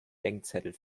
denkzettel